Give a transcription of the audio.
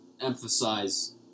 emphasize